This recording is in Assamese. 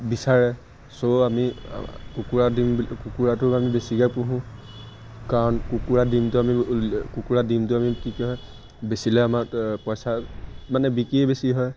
বিচাৰে চ' আমি কুকুৰা দিম বুলি কুকুৰাটো আমি বেছিকৈ পুহোঁ কাৰণ কুকুৰা ডিমটো আমি কুকুৰা ডিমটো আমি কি কি হয় বেচিলে আমাৰ পইচা মানে বিকিয়েই বেছি হয়